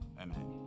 Amen